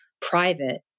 private